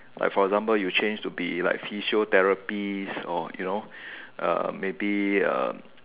like for example you change to be like physiotherapist or you know uh maybe um